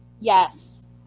Yes